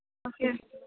okay